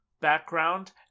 background